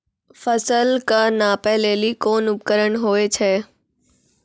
फसल कऽ नापै लेली कोन उपकरण होय छै?